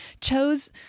chose